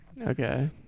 okay